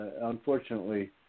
Unfortunately